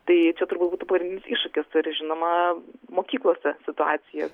tai čia turbūt būtų pagrindinis iššūkis ir žinoma mokyklose situacija